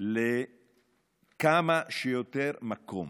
לכמה שיותר מקום,